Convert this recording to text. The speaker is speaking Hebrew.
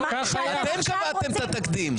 אתם קבעתם את התקדים.